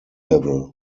level